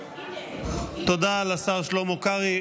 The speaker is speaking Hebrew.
תודה לשר שלמה קרעי.